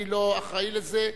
אני לא אחראי לזה.